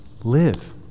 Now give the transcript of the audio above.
live